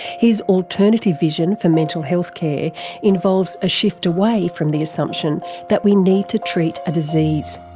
his alternative vision for mental health care involves a shift away from the assumption that we need to treat a disease.